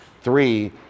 Three